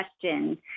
question